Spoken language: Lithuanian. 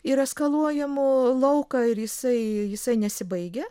ir eskaluojamų lauką ir jisai jisai nesibaigia